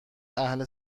اهل